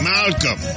Malcolm